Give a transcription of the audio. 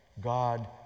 God